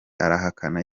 arahakana